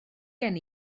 gen